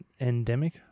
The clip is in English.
endemic